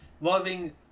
loving